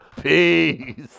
Peace